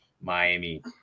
Miami